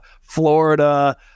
florida